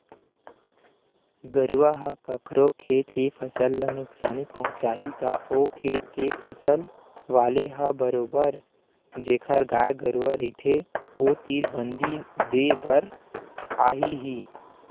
गरुवा ह कखरो खेत के फसल ल नुकसानी पहुँचाही त ओ खेत के फसल वाले ह बरोबर जेखर गाय गरुवा रहिथे ओ तीर बदी देय बर आही ही